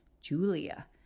Julia